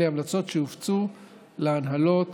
אלה המלצות שהופצו להנהלות